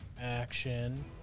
action